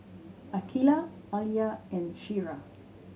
Aqeelah Alya and Syirah